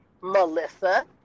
Melissa